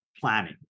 planning